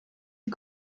die